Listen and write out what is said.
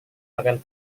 makan